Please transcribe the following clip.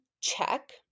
Check